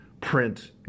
print